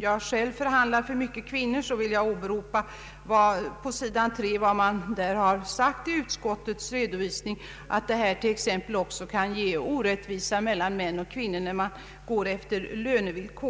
jag själv förhandlat för många kvinnor, vill jag åberopa vad utskottet har anfört på s. 3 i utlåtandet, nämligen att det kan ske orättvisor t.ex. mellan män och kvinnor, när man går efter lönevillkor.